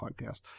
podcast